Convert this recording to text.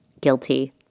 Guilty